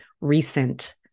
recent